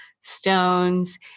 stones